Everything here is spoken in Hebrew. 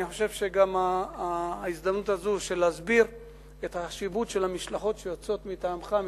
אני חושב שגם ההזדמנות של להסביר את החשיבות של המשלחות שיוצאות מטעמך,